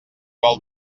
vol